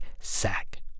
sack